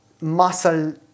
muscle